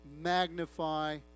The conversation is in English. magnify